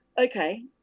okay